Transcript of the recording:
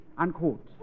Unquote